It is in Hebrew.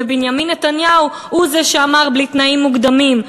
ובנימין נתניהו הוא זה שאמר "בלי תנאים מוקדמים",